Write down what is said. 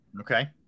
Okay